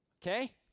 Okay